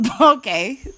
Okay